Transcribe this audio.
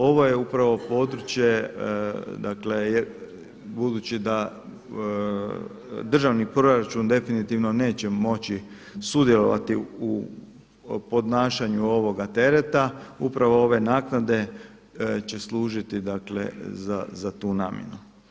Ovo je upravo područje, dakle budući da državni proračun definitivno neće moći sudjelovati u podnašanju ovoga tereta, upravo ove naknade će služiti dakle za tu namjenu.